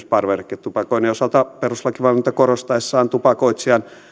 parveketupakoinnin osalta perustuslakivaliokunta korostaessaan tupakoitsijan